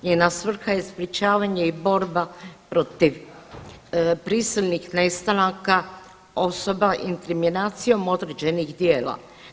Njena svrha je sprječavanje i borba protiv prisilnih nestanaka osoba inkriminacijom određenih djela.